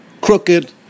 crooked